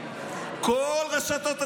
כל רשתות הטלוויזיה.